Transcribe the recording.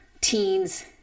teens